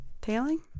tailing